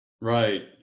Right